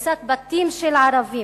הריסת בתים של ערבים,